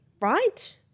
right